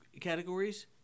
categories